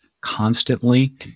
constantly